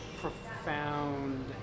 profound